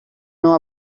know